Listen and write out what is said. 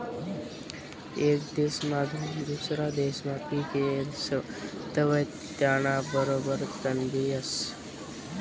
येक देसमाधून दुसरा देसमा पिक येस तवंय त्याना बरोबर तणबी येस